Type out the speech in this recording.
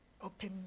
Open